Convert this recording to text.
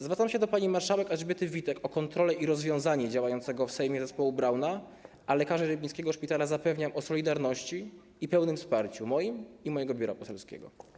Zwracam się do pani marszałek Elżbiety Witek o kontrolę i rozwiązanie działającego w Sejmie zespołu Brauna, a lekarzy rybnickiego szpitala zapewniam o solidarności i pełnym wsparciu - moim i mojego biura poselskiego.